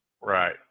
Right